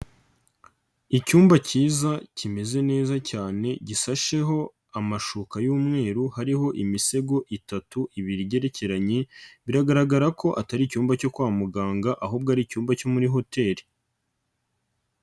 Icyumba cyiza kimeze neza cyane gisasheho amashuka y'umweru, hariho imisego itatu ibiri igerekeranye, biragaragara ko atari icyumba cyo kwa muganga ahubwo ari icyumba cyo muri hoteli.